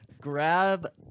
grab